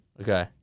Okay